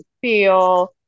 feel